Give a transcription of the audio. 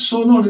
Sono